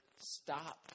stop